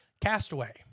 Castaway